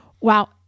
Wow